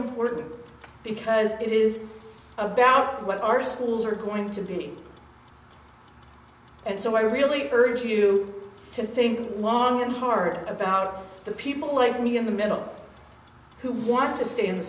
important because it is about the what our schools are going to be and so i really urge you to think long and hard about the people like me in the middle who want to stay in the